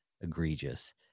Egregious